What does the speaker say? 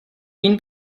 mean